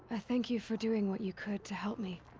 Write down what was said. i thank you for doing what you could to help me.